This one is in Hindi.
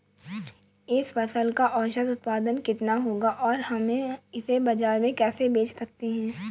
इस फसल का औसत उत्पादन कितना होगा और हम इसे बाजार में कैसे बेच सकते हैं?